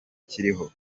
kiriho